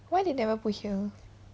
why they never put here